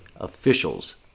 officials